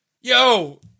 yo